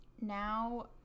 Now